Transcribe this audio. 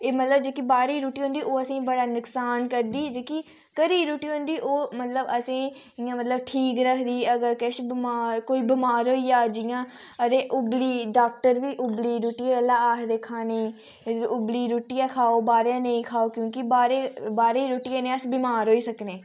एह् मतलब जेह्की बाह्रै दी रुट्टी होंदी ओह् असेंगी बड़ा नकसान करदी जेह्की घरै दी रुट्टी होंदी ओह् मतलब असेंई इ'यां मतलब ठीक रखदी अगर किश बमार कोई बमार होई गेआ जियां अदे उब्बली दी डॉक्टर बी उब्बली रुट्टी गल्ला आखदे खाने गी उब्बली दी रुट्टी गै खाओ बाह्रै दी नेईं खाओ क्योंकि बाह्रै दी रुट्टियै कन्नै अस बमार होई सकने